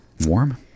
Warm